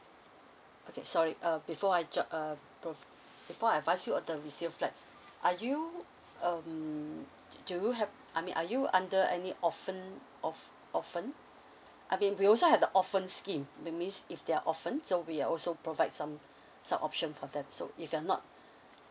okay sorry uh before I ju~ uh prov~ before I advice you on the resale flat are you um do you have I mean are you under any orphan orph~ orphan I mean we also have the orphan scheme which means if they are orphan so we uh also provide some some option for them so if you're not